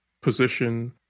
position